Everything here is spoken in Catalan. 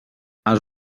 els